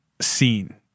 seen